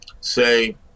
say